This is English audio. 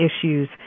issues